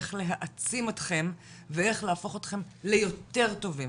איך להעצים אתכם ואיך להפוך אותכם ליותר טובים,